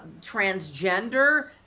transgender